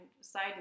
side